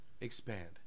expand